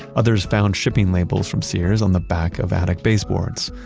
others found shipping labels from sears on the back of attic baseboards.